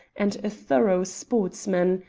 and a thorough sportsman.